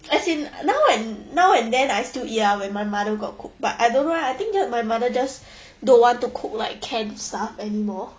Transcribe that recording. as in now and now and then I still eat ah when my mother got cook but I don't right I think just my mother just don't want to cook like canned stuff anymore